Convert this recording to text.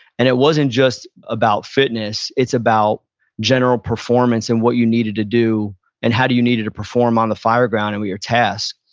and it wasn't just about fitness. it's about general performance and what you needed to do and how you needed to perform on the fire ground and with your tasks.